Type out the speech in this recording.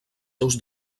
seus